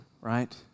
right